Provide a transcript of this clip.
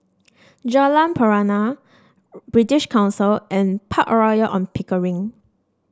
Jalan Pernama British Council and Park Royal On Pickering